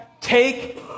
take